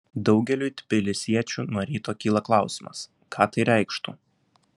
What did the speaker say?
daugeliui tbilisiečių nuo ryto kyla klausimas ką tai reikštų